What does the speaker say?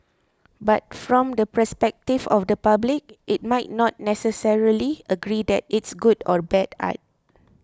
but from the perspective of the public it might not necessarily agree that it's good or bad art